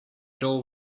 door